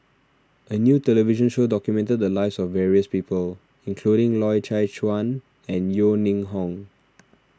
a new television show documented the lives of various people including Loy Chye Chuan and Yeo Ning Hong